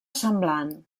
semblant